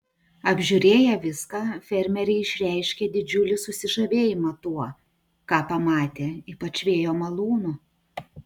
apžiūrėję viską fermeriai išreiškė didžiulį susižavėjimą tuo ką pamatė ypač vėjo malūnu